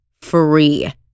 free